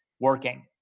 working